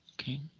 okay